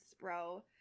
bro